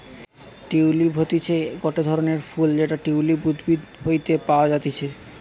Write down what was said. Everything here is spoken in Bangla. টিউলিপ হতিছে গটে ধরণের ফুল যেটা টিউলিপ উদ্ভিদ হইতে পাওয়া যাতিছে